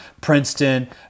Princeton